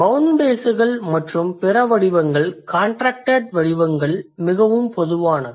bound பேஸ்கள் மற்றும் பிற வடிவங்கள் காண்ட்ரக்டட் வடிவங்கள் மிகவும் பொதுவானவை